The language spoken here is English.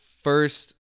first